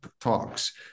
talks